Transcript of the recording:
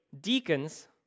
deacons